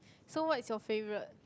so what is your favourite